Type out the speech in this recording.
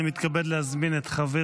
אני מתכבד להזמין את חבר